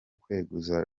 kweguza